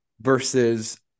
versus